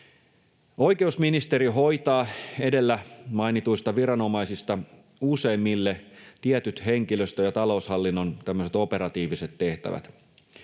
Oikeusministeriö hoitaa edellä mainituista viranomaisista useimmille tietyt henkilöstö- ja taloushallinnon operatiiviset tehtävät.